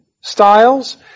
styles